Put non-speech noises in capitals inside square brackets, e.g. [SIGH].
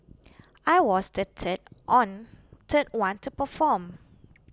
I was the third on [UNINTELLIGIBLE] one to perform